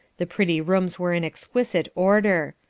the pretty rooms were in exquisite order.